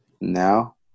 Now